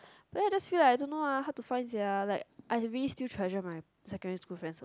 but then I just feel like I don't know eh hard to find sia I really feel still treasure my secondary school friends a lot